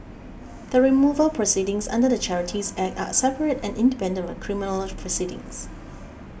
the removal proceedings under the Charities Act are separate and independent of the criminal proceedings